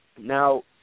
Now